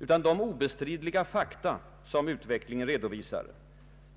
utan de obestridliga fakta som utvecklingen redovisar.